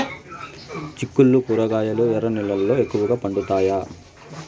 చిక్కుళ్లు కూరగాయలు ఎర్ర నేలల్లో ఎక్కువగా పండుతాయా